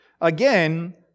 Again